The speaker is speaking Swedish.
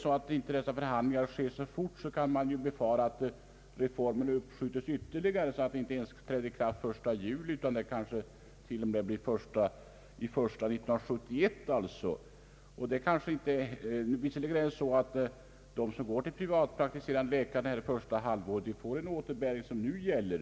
Om inte dessa förhandlingar kan slutföras snabbt, kan man befara att reformens ikraftträdande uppskjutes ytterligare, kanske inte endast till den 1 juli 1970 utan t.o.m. till den 1 januari 1971. De som går till privatpraktiserande läkare under den tiden får i så fall den återbäring som nu gäller.